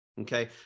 Okay